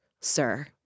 sir